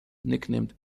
nicknamed